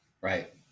right